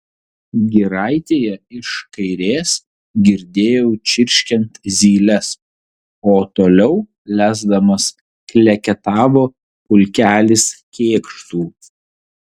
giraitėje iš kairės girdėjau čirškiant zyles o toliau lesdamas kleketavo pulkelis kėkštų